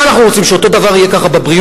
מה אנחנו רוצים, שאותו הדבר יהיה גם בבריאות?